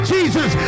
Jesus